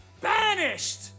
Banished